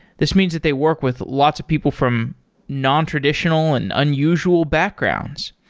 this means that they work with lots of people from nontraditional and unusual backgrounds.